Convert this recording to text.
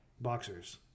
boxers